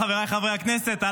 חבריי חברי הכנסת,